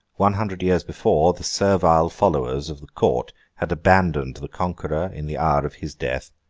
one hundred years before, the servile followers of the court had abandoned the conqueror in the hour of his death,